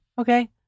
okay